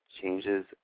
changes